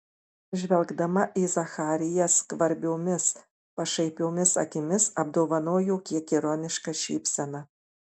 žvelgdama į zachariją skvarbiomis pašaipiomis akimis apdovanojo kiek ironiška šypsena